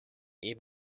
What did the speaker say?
eben